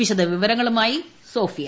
വിശദവിവരങ്ങളുമായി സോഫിയ